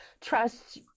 trust